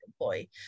employee